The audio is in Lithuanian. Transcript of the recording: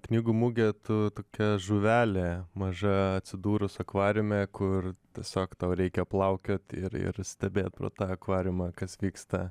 knygų mugė tu tokia žuvelė maža atsidūrus akvariume kur tiesiog tau reikia plaukioti ir ir stebėt pro tą akvariumą kas vyksta